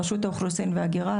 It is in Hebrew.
ברשות האוכלוסין וההגירה,